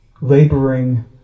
laboring